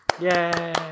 Yay